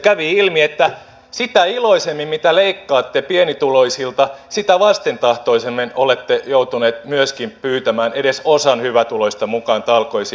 kävi ilmi että mitä iloisemmin leikkaatte pienituloisilta sitä vastentahtoisemmin olette joutuneet myöskin pyytämään edes osan hyvätuloisista mukaan talkoisiin